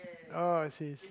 oh I see I see